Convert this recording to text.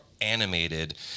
animated